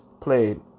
played